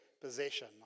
possession